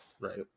right